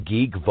Geek